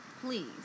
Please